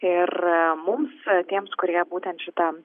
ir mums tiems kurie būtent šitam